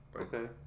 Okay